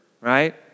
right